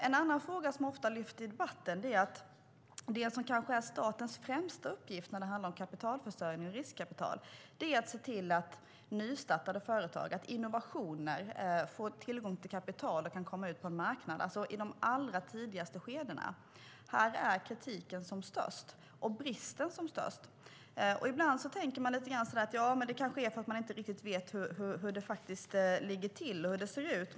En annan fråga som ofta lyfts fram i debatten är att det som kanske är statens främsta uppgift när det handlar om kapitalförsörjning och riskkapital är att se till att nystartade företag och innovationer får tillgång till kapital och kan komma ut på en marknad i de allra tidigaste skedena. Här är kritiken och bristen som störst. Ibland tänker man att det kanske är för att man inte vet hur det faktiskt ligger till och ser ut.